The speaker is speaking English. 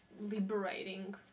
liberating